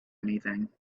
anything